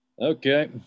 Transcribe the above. Okay